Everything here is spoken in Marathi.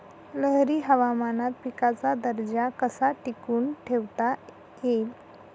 लहरी हवामानात पिकाचा दर्जा कसा टिकवून ठेवता येईल?